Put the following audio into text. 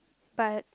but